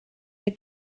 the